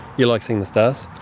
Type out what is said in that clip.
you like seeing the stars?